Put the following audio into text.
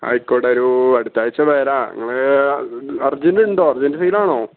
ആയിക്കോട്ടെ ഒരു അടുത്ത ആഴ്ച വരാം നിങ്ങൾ അർജൻറ് ഉണ്ടോ അർജൻറ് എന്തെങ്കിലും ആണോ